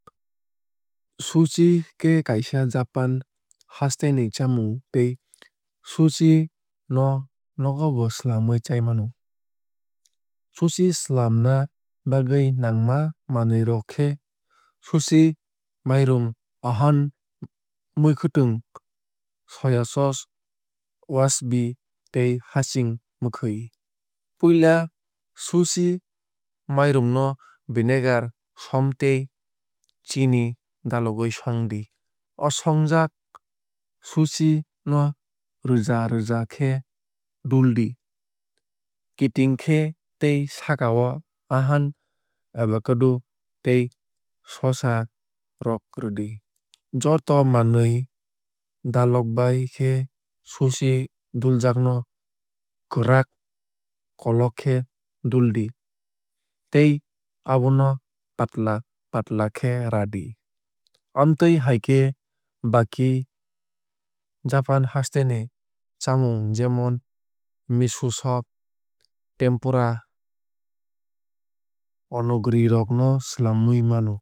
Sushi khe kaisa japan haste ni chamung tei sushi no nogo bo swlamwui chai mano. Sushi swlamna bagwui nangma manwui rok khe sushi mairum ahan mwkhwtwng soya sauce washabi tei hacching mwkhwui. Puila sushi mairum no venagar som tei chini dalogwui songdi. O songjak shushi no rwja rwja khe duldi kiting khe tei sakao ahan avacado tei sosa rok rwdi. Joto manwui dalokbai khe shushi duljak no kwrak kolok khe duldi tei abono patla patla khe radi. Amtwui hai khe baki japan haste ni chamung jemon miso soup tempura onogiri rok no swlamwui mano.